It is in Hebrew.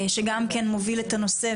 שגם כן מוביל את הנושא,